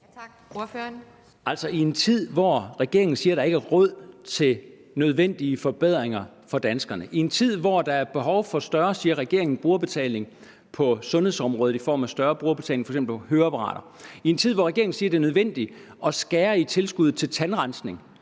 I en tid, hvor regeringen siger, at der ikke er råd til nødvendige forbedringer for danskerne, i en tid, hvor der er behov for – siger regeringen – større brugerbetaling på sundhedsområdet, f.eks. i form af større brugerbetaling på høreapparater, i en tid, hvor regeringen siger, at det er nødvendigt at skære i tilskuddet til tandrensning,